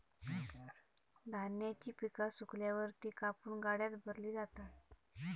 धान्याची पिका सुकल्यावर ती कापून गाड्यात भरली जातात